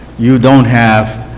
you don't have